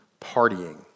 partying